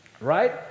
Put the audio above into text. right